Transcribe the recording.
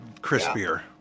crispier